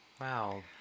Wow